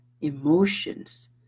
emotions